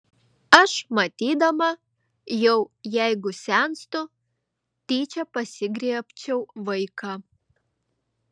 aš matydama jau jeigu senstu tyčia pasigriebčiau vaiką